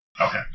Okay